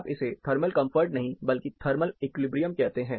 आप इसे thermal comfort नहीं बल्कि थर्मल इक्विलिब्रियम कहते हैं